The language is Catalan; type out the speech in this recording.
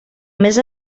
més